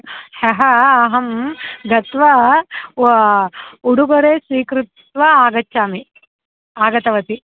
ह्यः अहं गत्वा उडुबरे स्वीकृत्य आगच्छामि आगतवती